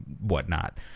whatnot